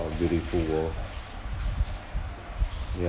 uh beautiful world yeah